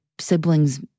siblings